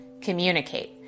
Communicate